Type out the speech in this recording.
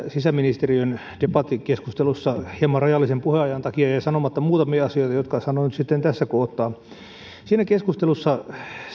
sisäministeriön debattikeskustelussa hieman rajallisen puheajan takia jäi sanomatta muutamia asioita jotka sanon sitten tässä kohtaa siinä keskustelussa sekä